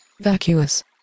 Vacuous